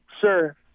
sir